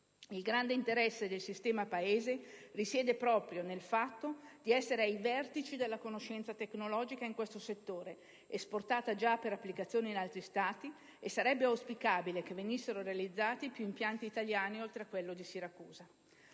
Il grande interesse del sistema Paese risiede proprio nel fatto di essere ai vertici della conoscenza tecnologica in questo settore, esportata già per applicazioni in altri Stati, e sarebbe auspicabile che venissero realizzati più impianti italiani, oltre a quello di Siracusa.